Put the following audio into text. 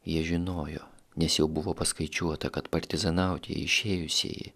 jie žinojo nes jau buvo paskaičiuota kad partizanauti išėjusieji